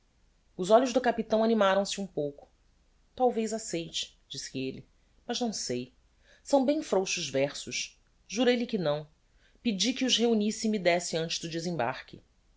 os olhos do capitão animaram se um pouco talvez aceite disse elle mas não sei são bem frouxos versos jurei lhe que não pedi que os reunisse e me désse antes do desembarque